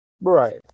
right